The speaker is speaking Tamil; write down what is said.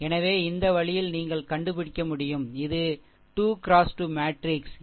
எனவே இந்த வழியில் நீங்கள் கண்டுபிடிக்க முடியும் இது 2 x 2 மேட்ரிக்ஸ்அணி